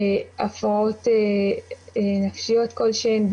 הפרעות נפשיות כלשהן,